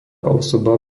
osoba